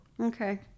Okay